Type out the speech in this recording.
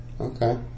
Okay